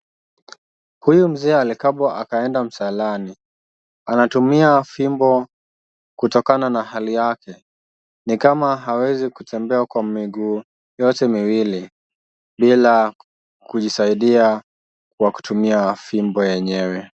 Huyu mzee alikabwa akaenda msalani. Anatumia fimbo kutokana na hali yake, ni kama hawezi kutembea kwa miguu yote miwili bila kujisaidia kwa kutumia fimbo yenyewe.